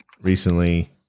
recently